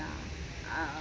ah